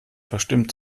verstimmt